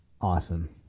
awesome